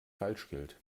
falschgeld